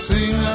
Sing